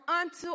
unto